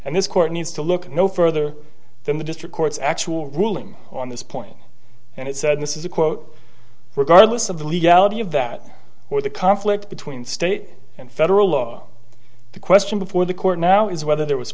and this court needs to look no further than the district court's actual ruling on this point and it said this is a quote regardless of the legality of that or the conflict between state and federal law the question before the court now is whether there was